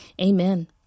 amen